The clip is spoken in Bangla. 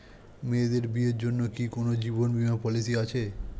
মেয়েদের বিয়ের জন্য কি কোন জীবন বিমা পলিছি আছে?